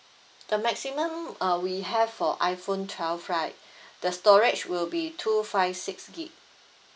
the maximum uh we have for iPhone twelve right the storage will be two five six gigabyte